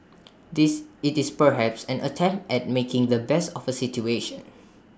this IT is perhaps an attempt at making the best of A situation